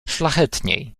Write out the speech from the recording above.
szlachetniej